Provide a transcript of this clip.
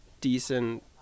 decent